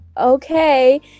okay